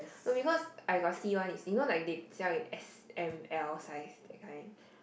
no because I got see one is you know like they sell it like S M L size that kind